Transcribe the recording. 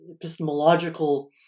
epistemological